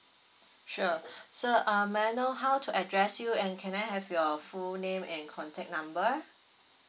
sure sir uh may I know how to address you and can I have your full name and contact number